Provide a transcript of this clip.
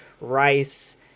Rice